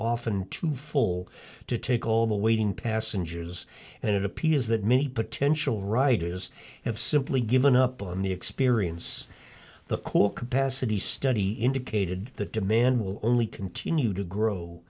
often too full to take all the waiting passengers and it appears that many potential riders have simply given up on the experience the core capacity study indicated that demand will only continue to grow